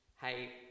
hey